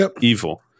evil